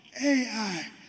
AI